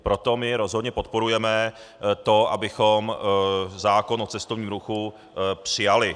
Proto my rozhodně podporujeme to, abychom zákon o cestovním ruchu přijali.